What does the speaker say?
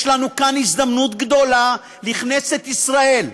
יש לנו כאן הזדמנות גדולה, לכנסת ישראל,